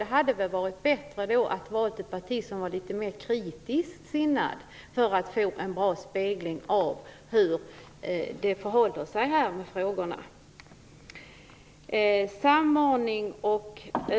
Det hade väl då varit bättre att välja ett litet mera kritiskt sinnat parti för att få en bra spegling av hur det förhåller sig i de här frågorna.